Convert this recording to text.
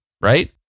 right